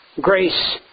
Grace